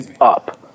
up